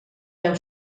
veu